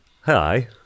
Hi